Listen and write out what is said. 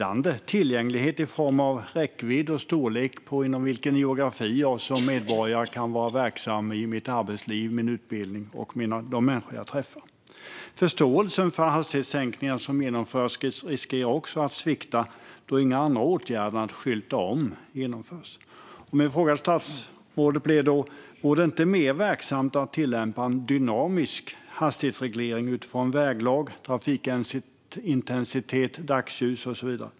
Det handlar om tillgänglighet i form av räckvidd och storlek, inom vilken geografi jag som medborgare kan vara verksam i mitt arbetsliv och min utbildning. Det handlar också om de människor jag träffar. Förståelsen för hastighetssänkningen som genomförs riskerar att svikta då inga andra åtgärder än att skylta om vidtas. Min fråga till statsrådet blir: Vore det inte mer verksamt att tillämpa en dynamisk hastighetsreglering utifrån väglag, trafikintensitet, dagsljus och så vidare?